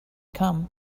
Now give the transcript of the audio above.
come